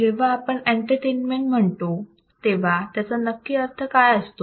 जेव्हा आपण एंटरटेनमेंट असे म्हणतो तेव्हा त्याचा नक्की अर्थ काय असतो